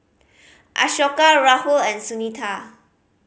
Ashoka Rahul and Sunita